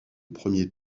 premier